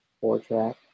four-track